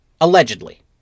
allegedly